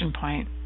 point